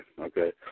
okay